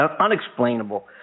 unexplainable